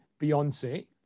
Beyoncé